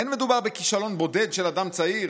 אין מדובר בכישלון בודד של אדם צעיר